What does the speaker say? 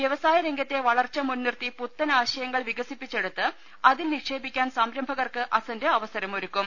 വൃവസായ രംഗത്തെ വളർച്ച മുൻനിർത്തി പുത്തൻ ആശ യങ്ങൾ വികസിപ്പിച്ചെടുത്ത് അതിൽ നിക്ഷേപിക്കാൻ സംരംഭ കർക്ക് അസന്റ് അവസരമൊരുക്കും